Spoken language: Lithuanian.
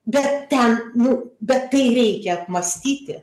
bet ten nu bet tai reikia apmąstyti